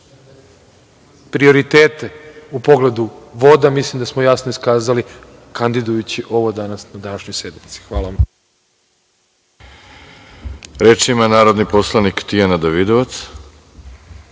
prioritete u pogledu voda mislim da smo jasno iskazali kandidujući ovo danas na današnjoj sednici. Hvala vam. **Đorđe Milićević** Reč ima narodni poslanik Tijana Davidovac.